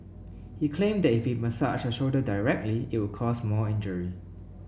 he claimed that if he massaged her shoulder directly it would cause more injury